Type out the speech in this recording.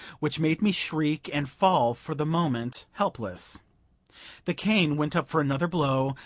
which made me shriek and fall, for the moment, helpless the cane went up for another blow,